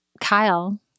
Kyle